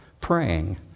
praying